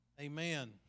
Amen